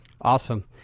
Awesome